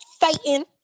fighting